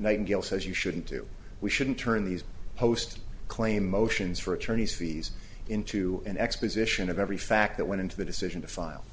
nightingale says you shouldn't do we shouldn't turn these post claim motions for attorney's fees into an exposition of every fact that went into the decision to file